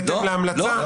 בהתאם להמלצה?